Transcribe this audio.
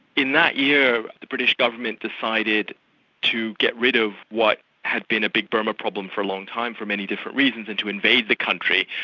in that year, the british government decided to get rid of what had been a big burma problem for a long time, for many different reasons, and to invade the country,